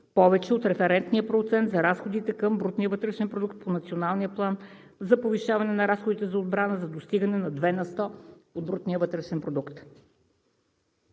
повече от референтния процент на разходите към брутния вътрешен продукт по Националния план за повишаване на разходите за отбрана на 2 на сто от брутния вътрешен продукт.